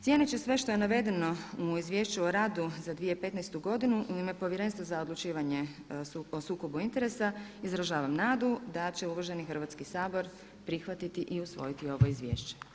Cijeneći sve što je navedeno u Izvješću o radu za 2015. godinu u ime Povjerenstva za odlučivanje o sukobu interesa izražavam nadu da će uvaženi Hrvatski sabor prihvatiti i usvojiti ovo izvješće.